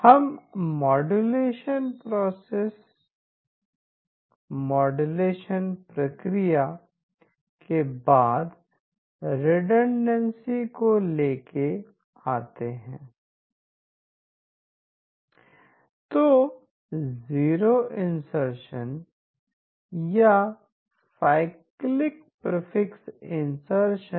हम मॉड्यूलेशन प्रक्रिया के बाद रिडंडेंसी को ले के आते हैं या तो जीरो इनसरसन या साइक्लिक प्रीफिक्स इनसरसन